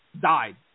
died